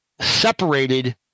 separated